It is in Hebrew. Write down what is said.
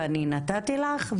ואני נתתי לך.